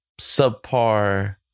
subpar